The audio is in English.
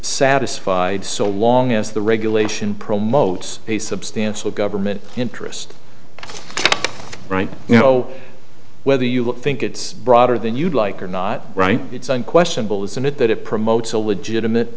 satisfied so long as the regulation promotes a substantial government interest right you know whether you look think it's broader than you'd like or not right it's unquestionable isn't it that it promotes a legitimate